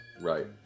Right